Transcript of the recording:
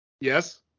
Yes